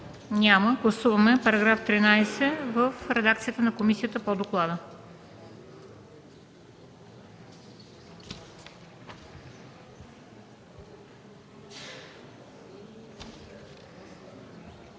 Няма. Гласуваме § 1 в редакцията на комисията по доклада.